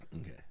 Okay